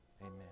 Amen